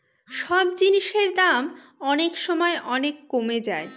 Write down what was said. সব জিনিসের দাম অনেক সময় অনেক কমে যায়